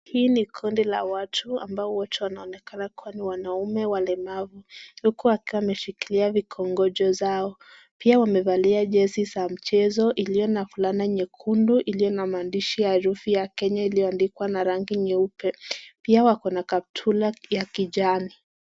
Hii ni kundi la watu ambao wote wanaonekana kuwa ni wanaume walemavu, huku akiwa ameshikilia vikongojo zao, pia wamevalia jezi za mchezo iliyo na fulana nyekundu, iliyo na maandishi ya herufi ya Kenya iliyoandikwa na rangi nyeupe, pia wako na kaptula ya rangi ya kijani.